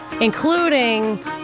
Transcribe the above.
including